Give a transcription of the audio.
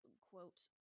quote